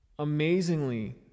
Amazingly